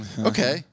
Okay